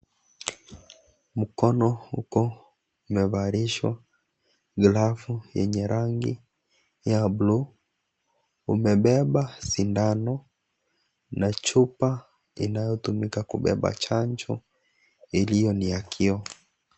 Mmkono uko umevalishwa glavu yenye rangi ya bulu, umebeba sindano na chupa inayotumika kubeba chanjo iliyo ni ya kioo.